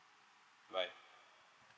right